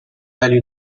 概率